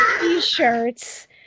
t-shirts